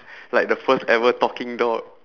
like the first ever talking dog